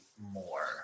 more